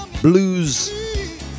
blues